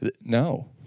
No